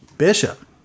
bishop